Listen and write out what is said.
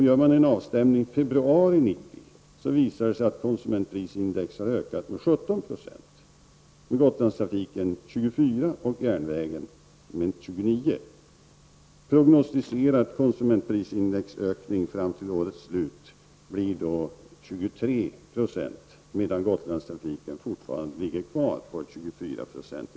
Gör man en avstämning i februari 1990 visar det sig att konsumentprisindex har ökat med 17 96, Gotlandstrafiken med 24 och järnvägen med 29. Prognostiserad konsumentprisindexökning fram till årets slut blir då 23 26, medan Gotlandstrafiken fortfarande ligger kvar på 24 96.